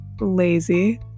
lazy